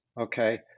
okay